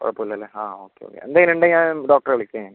കുഴപ്പമില്ലല്ലേ ആ okay okay എന്തെങ്കിലും ഉണ്ടെങ്കിൽ ഡോക്ടറെ വിളിക്കാം ഞാൻ